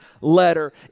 letter